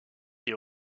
est